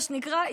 מה שנקרא,